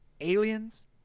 aliens